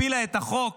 הפילה את החוק